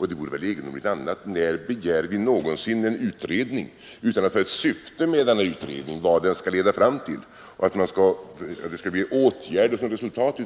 åtgärder. Det vore väl förresten egendomligt annat. När begär vi någonsin en utredning utan att ha något syfte? Vad skall nu utredningen leda fram till för åtgärder och resultat?